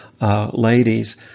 ladies